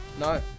No